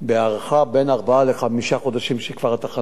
בין ארבעה לחמישה חודשים שכבר התחנה נמצאת שם.